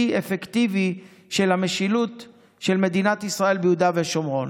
אפקטיבי של המשילות של מדינת ישראל ביהודה ושומרון.